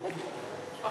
הוזכר שמי.